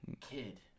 Kid